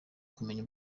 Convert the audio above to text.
kumenya